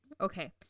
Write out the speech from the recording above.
Okay